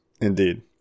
Indeed